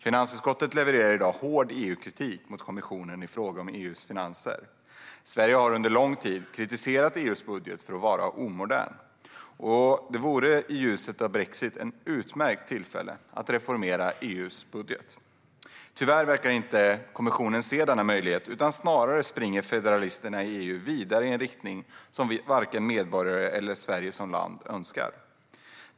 Finansutskottet levererar i dag hård EU-kritik mot kommissionen i fråga om EU:s finanser. Sverige har under lång tid kritiserat EU:s budget för att vara omodern. Det vore i ljuset av brexit ett utmärkt tillfälle att reformera EU:s budget. Tyvärr verkar kommissionen inte se denna möjlighet. Snarare springer federalisterna i EU vidare i en riktning som varken medborgare eller Sverige som land önskar.